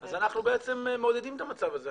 אז אנחנו מעודדים את המצב הזה,